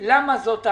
למה זאת ההחלטה?